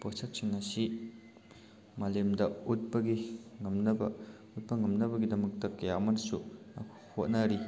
ꯄꯣꯁꯛꯁꯤꯡ ꯑꯁꯤ ꯃꯂꯦꯝꯗ ꯎꯠꯄꯒꯤ ꯉꯝꯅꯕ ꯎꯠꯄ ꯉꯝꯅꯕꯒꯤꯗꯃꯛꯇ ꯀꯌꯥ ꯑꯃꯗꯁꯨ ꯍꯣꯠꯅꯔꯤ